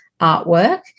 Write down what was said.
artwork